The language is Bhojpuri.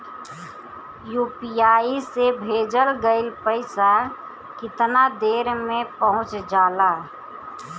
यू.पी.आई से भेजल गईल पईसा कितना देर में पहुंच जाला?